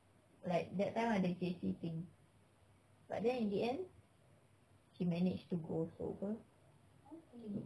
like that time ada J_C thing but then in the end she managed to go also [pe]